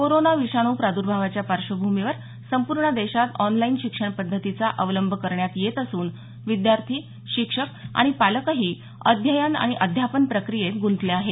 corona विषाणू प्रादुर्भावाच्या पार्श्वभूमीवर संपूर्ण देशात ऑनलाईन शिक्षण पद्धतीचा अवलंब करण्यात येत असून विद्यार्थी शिक्षक आणि पालकही अध्ययन आणि अध्यापन प्रक्रियेत गृंतले आहेत